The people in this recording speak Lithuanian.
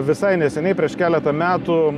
visai neseniai prieš keletą metų